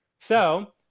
so,